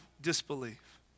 disbelief